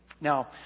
Now